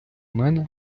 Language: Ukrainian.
мене